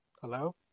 hello